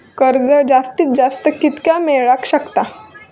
कर्ज जास्तीत जास्त कितक्या मेळाक शकता?